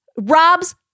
Rob's